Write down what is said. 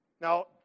Now